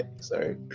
sorry